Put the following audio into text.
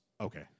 Okay